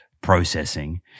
processing